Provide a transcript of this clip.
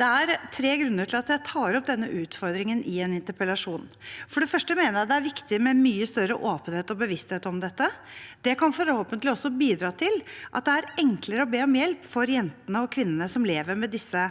Det er tre grunner til at jeg tar opp denne utfordringen i en interpellasjon. For det første mener jeg det er viktig med mye større åpenhet og bevissthet om dette. Det kan forhåpentlig også bidra til at det er enklere å be om hjelp for jentene og kvinnene som lever med disse